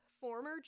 former